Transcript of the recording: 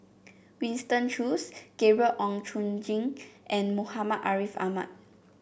Winston Choos Gabriel Oon Chong Jin and Muhammad Ariff Ahmad